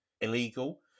illegal